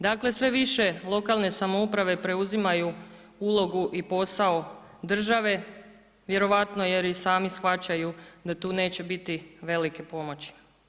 Dakle, sve više lokalne samouprave preuzimaju ulogu i posao države, vjerovatno jer i sami shvaćaju da tu neće bit velike pomoći.